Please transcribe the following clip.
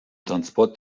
transport